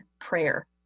prayer